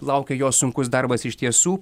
laukia jos sunkus darbas iš tiesų